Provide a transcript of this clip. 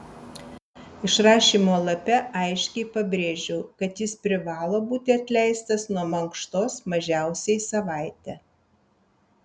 išrašymo lape aiškiai pabrėžiau kad jis privalo būti atleistas nuo mankštos mažiausiai savaitę